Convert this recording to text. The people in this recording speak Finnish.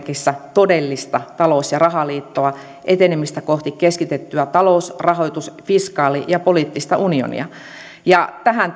todellista talous ja rahaliittoa etenemistä kohti keskitettyä talous rahoitus fiskaali ja poliittista unionia tähän